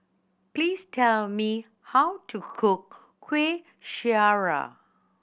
please tell me how to cook Kueh Syara